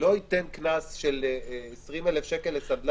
לא ייתן קנס של 20,000 שקל לסנדלר.